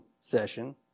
session